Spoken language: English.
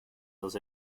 los